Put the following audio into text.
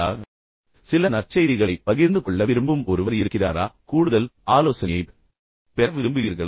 அல்லது நீங்கள் சில நற்செய்திகளைப் பகிர்ந்து கொள்ள விரும்பும் எந்தவொரு நலம் விரும்பியும் இருக்கிறாரா பின்னர் கூடுதல் ஆலோசனையைப் பெற விரும்புகிறீர்களா